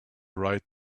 write